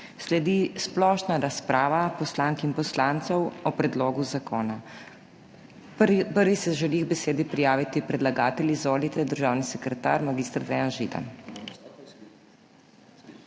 Sledi splošna razprava poslank in poslancev o predlogu zakona. Prvi se želi k besedi prijaviti predlagatelj. Izvolite, državni sekretar mag. Dejan Židan.